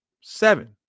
Seven